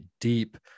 deep